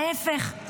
ההפך.